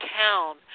town